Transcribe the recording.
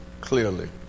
clearly